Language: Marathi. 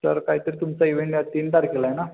तर काहीतरी तुमचा इवेण या तीन तारखेला आहे ना